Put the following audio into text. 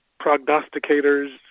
prognosticators